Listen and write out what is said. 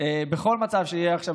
בכל מצב שיהיה עכשיו,